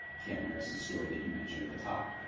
cam harris's story that you mentioned at the top,